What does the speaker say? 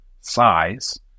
size